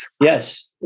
Yes